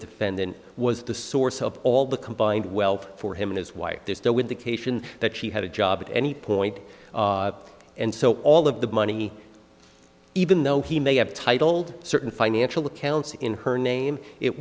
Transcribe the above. defendant was the source of all the combined wealth for him and his wife there's no indication that she had a job at any point and so all of the money even though he may have titled certain financial accounts in her name it